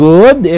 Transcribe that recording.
Good